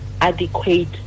adequate